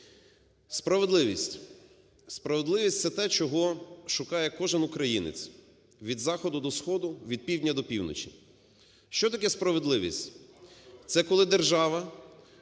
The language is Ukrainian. Справедливість. Справедливість – це те, чого шукає кожен українець від заходу до сходу, від півдня до півночі. Що таке справедливість? Це коли держава,